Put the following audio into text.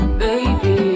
baby